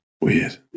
weird